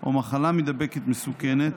או מחלה מידבקת מסוכנת,